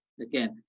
again